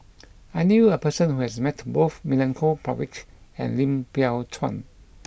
I knew a person who has met both Milenko Prvacki and Lim Biow Chuan